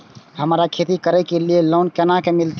हमरा खेती करे के लिए लोन केना मिलते?